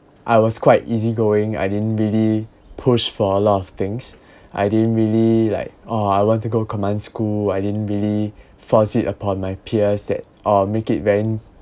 I was quite easy going I didn't really push for a lot of things I didn't really like oh I want to go command school I didn't really force it upon my peers that or make it very